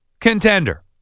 contender